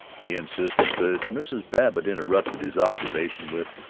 he insisted, but mrs. babbitt interrupted his observations with,